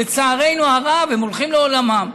לצערנו הרב, הם הולכים לעולמם.